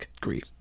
grief